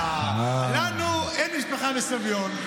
אה, לנו אין משפחה בסביון.